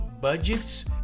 budgets